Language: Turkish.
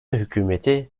hükümeti